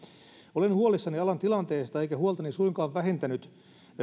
olen huolissani alan tilanteesta eikä huoltani suinkaan vähentänyt